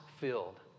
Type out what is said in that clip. filled